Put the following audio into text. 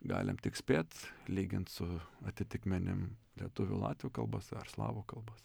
galim tik spėt lygint su atitikmenim lietuvių latvių kalbose ar slavų kalbose